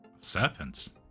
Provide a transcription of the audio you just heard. Serpents